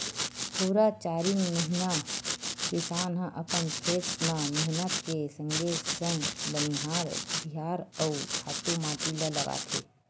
पुरा चारिन महिना किसान ह अपन खेत म मेहनत के संगे संग बनिहार भुतिहार अउ खातू माटी ल लगाथे